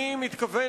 אני מתכוון,